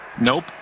Nope